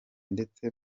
ndetse